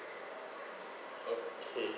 okay